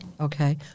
Okay